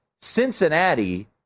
Cincinnati